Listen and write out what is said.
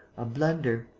a blunder.